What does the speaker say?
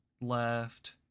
left